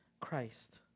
Christ